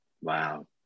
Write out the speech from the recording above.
Wow